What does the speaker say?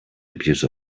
abuse